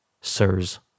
sirs